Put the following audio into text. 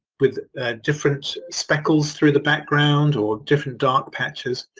with different speckles through the background, or different dark patches.